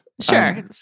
Sure